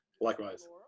Likewise